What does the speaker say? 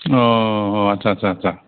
औ औ आतसा आतसा